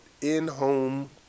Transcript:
in-home